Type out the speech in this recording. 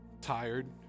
tired